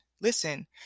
Listen